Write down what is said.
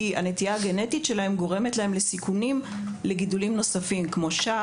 כי הנטייה הגנטית שלהם גורמת להם לגידולי שד,